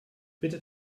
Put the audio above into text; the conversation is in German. bitte